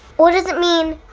what does it mean?